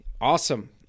Awesome